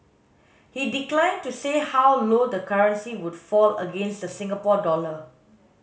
he declined to say how low the currency would fall against the Singapore dollar